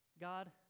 God